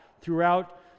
throughout